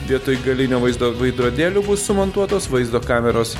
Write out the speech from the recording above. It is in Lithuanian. vietoj galinio vaizdo veidrodėlių bus sumontuotos vaizdo kameros